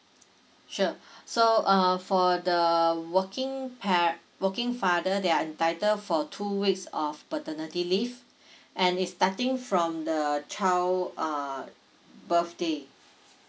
sure so uh for the working par~ working father they are entitled for two weeks of paternity leave and it's starting from the child's uh birthday